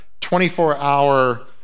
24-hour